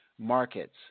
markets